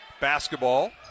basketball